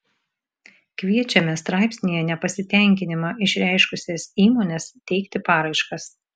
kviečiame straipsnyje nepasitenkinimą išreiškusias įmones teikti paraiškas